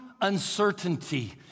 Uncertainty